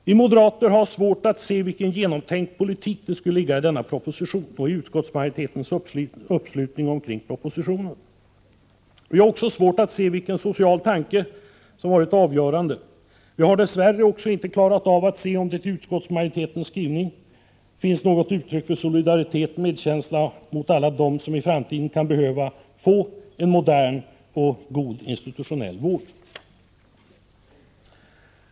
Vi moderater har svårt att se vilken genomtänkt politik det ligger i denna proposition och i utskottsmajoritetens uppslutning omkring propositionen. Vi har också svårt att se vilken social tanke som har varit avgörande. Vi har dess värre inte i utskottsmajoritetens skrivning kunnat se något uttryck för solidaritet och medkänsla med alla dem som i framtiden kan behöva få en modern och god institutionell vård.